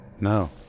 No